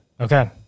okay